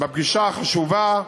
בפגישה החשובה,